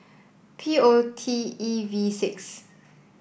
P O T E V six